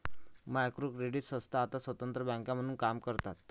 micro credit संस्था आता स्वतंत्र बँका म्हणून काम करतात